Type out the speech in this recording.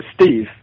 Steve